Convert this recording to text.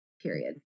period